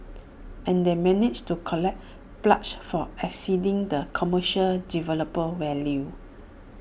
and they managed to collect pledges far exceeding the commercial developer's value